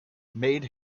made